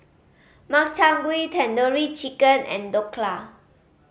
Makchang Gui Tandoori Chicken and Dhokla